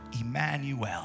Emmanuel